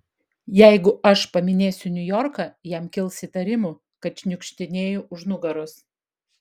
jeigu aš paminėsiu niujorką jam kils įtarimų kad šniukštinėju už nugaros